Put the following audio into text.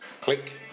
Click